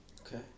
Okay